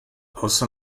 außer